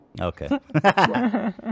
Okay